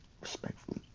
respectfully